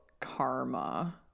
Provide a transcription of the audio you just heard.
karma